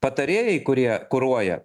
patarėjai kurie kuruoja